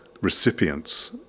recipients